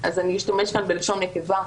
אז אשתמש כאן בלשון נקבה.